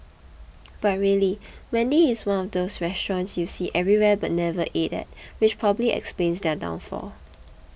but really Wendy's is one of those restaurants you see everywhere but never ate at which probably explains their downfall